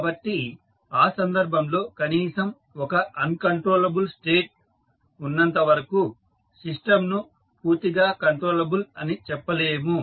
కాబట్టి ఆ సందర్భంలో కనీసం ఒక అన్ కంట్రోలబుల్ స్టేట్ ఉన్నంతవరకు సిస్టంను పూర్తిగా కంట్రోలబుల్ అని చెప్పలేము